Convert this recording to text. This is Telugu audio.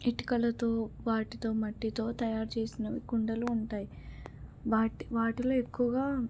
ఇటుకలతో వాటితో మట్టితో తయారు చేసినవి కుండలు ఉంటాయి వాటి వాటిలో ఎక్కువగా